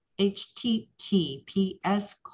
HTTPS